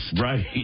Right